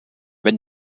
wenn